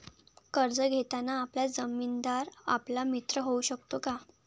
कर्ज घेताना आपला जामीनदार आपला मित्र होऊ शकतो का?